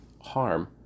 harm